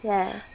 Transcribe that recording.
Yes